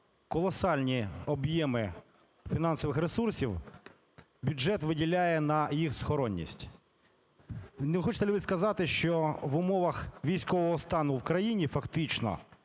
колосальні об'єми фінансових ресурсів бюджет виділяє на їх схоронність. Чи не хочете ви сказати, що в умовах військового стану в країні фактично